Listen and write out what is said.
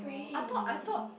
I thought I thought